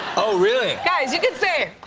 oh really? guys, you can say it.